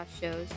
shows